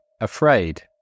afraid